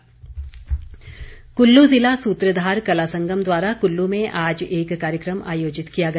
गोविंद ठाकुर कुल्लू ज़िला सूत्रधार कला संगम द्वारा कुल्लू में आज एक कार्यक्रम आयोजित किया गया